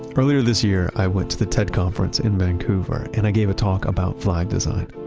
earlier this year, i went to the ted conference in vancouver, and i gave a talk about flag design.